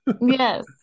Yes